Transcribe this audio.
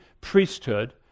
priesthood